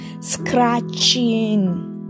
Scratching